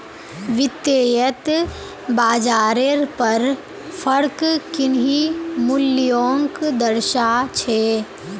वित्तयेत बाजारेर पर फरक किन्ही मूल्योंक दर्शा छे